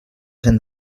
cent